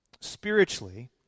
Spiritually